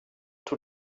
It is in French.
tous